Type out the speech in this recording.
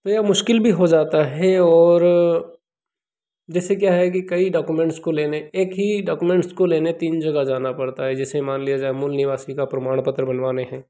तो यह मुश्किल भी हो जाता है और जैसे क्या है कि कई डॉक्यूम्ट्स को लेने एक ही डॉक्युमेंट्स को लेने तीन जगह जाना पड़ता है जैसे मान लिया जाए मूल निवासी का प्रमाण पत्र बनवाने हैं